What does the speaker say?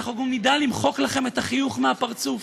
אנחנו גם נדע למחוק לכם את החיוך מהפרצוף.